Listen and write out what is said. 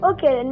Okay